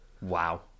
Wow